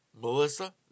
Melissa